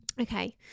Okay